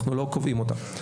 אנחנו לא קובעים אותה.